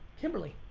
kimberly.